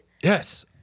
Yes